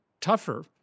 tougher